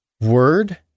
word